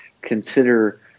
Consider